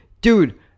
dude